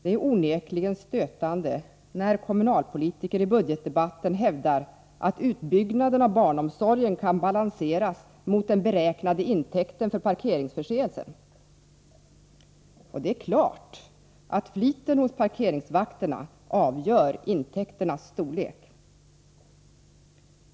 Det är onekligen stötande när kommunalpolitiker i budgetdebatten hävdar att utbyggnaden av barnomsorgen kan balanseras mot den beräknade intäkten för parkeringsförseelser. Och det är klart att fliten hos parkeringsvakterna avgör intäkternas storlek.